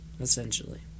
Essentially